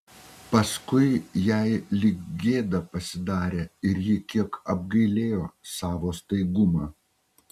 paskui jai lyg gėda pasidarė ir ji kiek apgailėjo savo staigumą